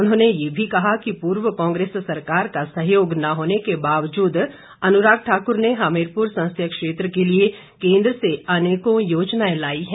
उन्होंने ये भी कहा कि पूर्व कांग्रेस सरकार का सहयोग न होने के बावजूद अनुराग ठाकुर ने हमीरपुर संसदीय क्षेत्र के लिए केन्द्र से अनेकों योजनाएं लाई हैं